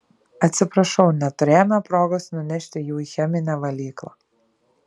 atsiprašau neturėjome progos nunešti jų į cheminę valyklą